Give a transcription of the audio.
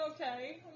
okay